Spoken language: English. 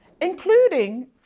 including